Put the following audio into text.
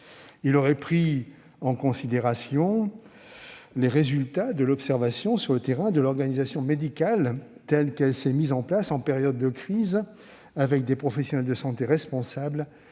aurait pris en considération les résultats de l'observation sur le terrain de l'organisation médicale, telle qu'elle s'est mise en place en période de crise, avec des professionnels de santé responsables